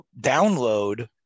download